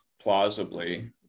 plausibly